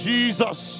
Jesus